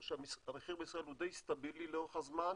שהמחיר בישראל הוא די סטיבילי לאורך זמן,